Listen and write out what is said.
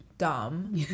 dumb